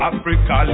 Africa